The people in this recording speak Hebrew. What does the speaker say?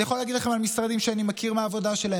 אני יכול להגיד לכם על משרדים שאני מכיר מהעבודה שלהם.